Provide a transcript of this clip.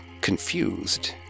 confused